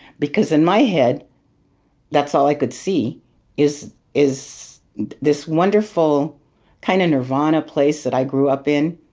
because in my head that's all i could see is is this wonderful kind of nirvana place that i grew up in.